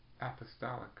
Apostolic